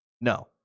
No